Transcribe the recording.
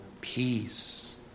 peace